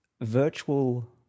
virtual